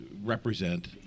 Represent